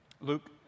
Luke